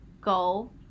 go